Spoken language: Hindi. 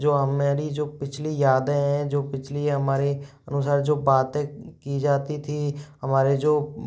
जो हमारी जो पिछली यादें हैं जो पिछली हमारे अनुसार जो बातें की जाती थी हमारे जो